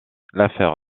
l’affaire